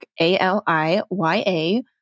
A-L-I-Y-A